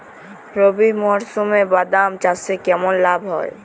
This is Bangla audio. রবি মরশুমে বাদাম চাষে কেমন লাভ হয়?